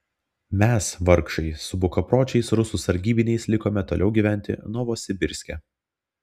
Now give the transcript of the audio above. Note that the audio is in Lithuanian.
mes vargšai su bukapročiais rusų sargybiniais likome toliau gyventi novosibirske